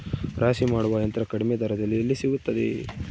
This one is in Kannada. ರಾಶಿ ಮಾಡುವ ಯಂತ್ರ ಕಡಿಮೆ ದರದಲ್ಲಿ ಎಲ್ಲಿ ಸಿಗುತ್ತದೆ?